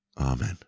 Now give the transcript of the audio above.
Amen